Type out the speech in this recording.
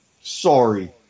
Sorry